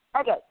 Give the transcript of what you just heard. Okay